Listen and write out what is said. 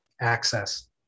Access